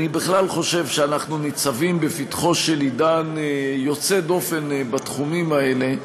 אני בכלל חושב שאנחנו ניצבים בפתחו של עידן יוצא דופן בתחומים האלה,